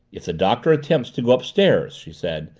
if the doctor attempts to go upstairs, she said,